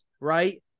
right